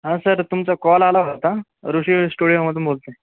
हा सर तुमचा कॉल आला होता ऋषी स्टुडिओमधून बोलतो आहे